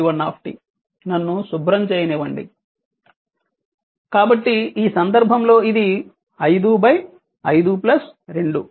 నన్ను శుభ్రం చేయనివ్వండి కాబట్టి ఈ సందర్భంలో ఇది 5 5 2 i1